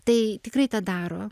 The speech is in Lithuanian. tai tikrai tą daro